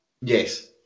Yes